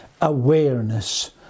awareness